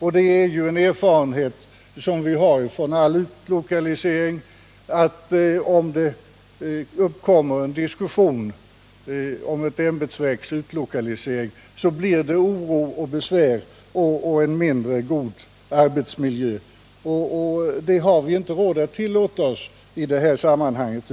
Vi har den erfarenheten från all utlokalisering att om det uppkommer en diskussion om ett ämbetsverks utlokalisering blir det oro och besvär och en mindre god arbetsmiljö. Det har vi inte råd att tillåta oss i det här sammanhanget.